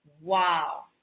wow